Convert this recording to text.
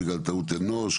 בגלל טעות אנוש,